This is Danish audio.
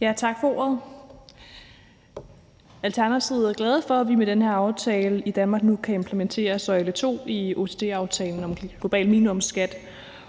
Tak for ordet. Alternativet er glade for, at vi med den her aftale i Danmark nu kan implementere søjle to i OECD-aftalen om en global minimumsskat,